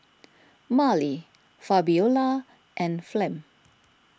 Marley Fabiola and Flem